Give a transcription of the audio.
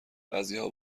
بعضیها